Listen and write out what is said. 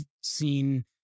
seen